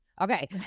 Okay